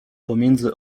pomiędzy